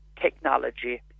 technology